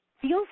feels